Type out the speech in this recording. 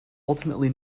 ultimately